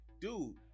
dude